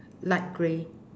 light grey